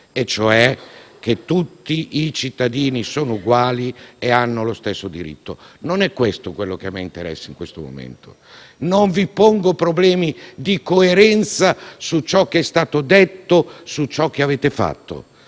ossia che tutti i cittadini sono uguali e hanno lo stesso diritto: non è questo quello che a me interessa in questo momento. Non vi pongo problemi di coerenza su ciò che è stato detto, su ciò che avete fatto,